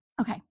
okay